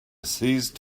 ceased